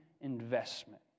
investment